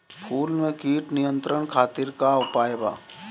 फूल में कीट नियंत्रण खातिर का उपाय बा?